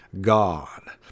God